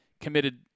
committed